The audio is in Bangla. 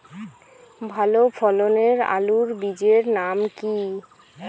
ভালো ফলনের আলুর বীজের নাম কি?